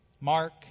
Mark